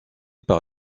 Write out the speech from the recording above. par